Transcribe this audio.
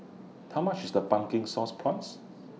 How much IS The Pumpkin Sauce Prawns